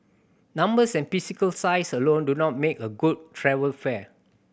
numbers and physical size alone do not make a good travel fair